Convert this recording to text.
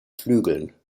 flügeln